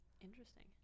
Interesting